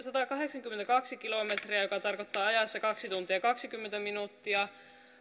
satakahdeksankymmentäkaksi kilometriä joka tarkoittaa ajassa kaksi tuntia kaksikymmentä minuuttia